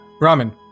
ramen